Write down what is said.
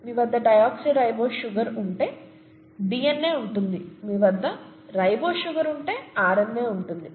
మీ వద్ద deoxyribose sugar ఉంటే DNA ఉంటుంది మీ వద్ద రైబోస్ షుగర్ ఉంటే ఆర్ఎన్ఏ ఉంటుంది